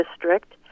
district